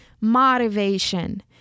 motivation